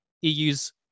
EU's